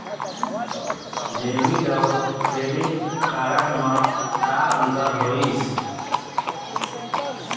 Debit अऊ credit card म का अंतर होइस?